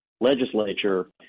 legislature